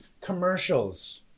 Commercials